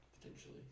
potentially